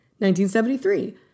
1973